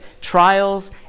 trials